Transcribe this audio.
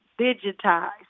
digitized